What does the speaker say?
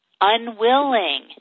Unwilling